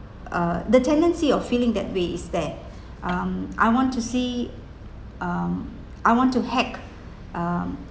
uh the tendency of feeling that way is there um I want to see um I want to hack um